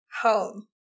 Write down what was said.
home